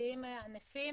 משפחתיים ענפים.